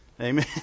Amen